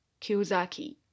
Kiyosaki